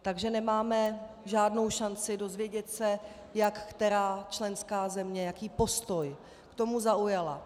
Takže nemáme žádnou šanci dozvědět se, jak která členská země, jaký postoj k tomu zaujala.